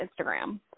Instagram